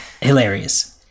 hilarious